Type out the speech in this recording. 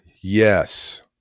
Yes